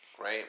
right